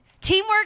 teamwork